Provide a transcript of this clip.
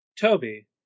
Toby